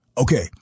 Okay